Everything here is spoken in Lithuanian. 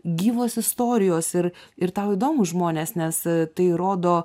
gyvos istorijos ir ir tau įdomūs žmonės nes tai rodo